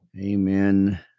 Amen